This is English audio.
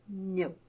No